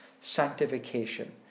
Sanctification